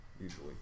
usually